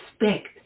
respect